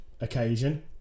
occasion